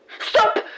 Stop